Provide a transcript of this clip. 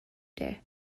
day